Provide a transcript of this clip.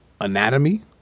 anatomy